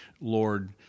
Lord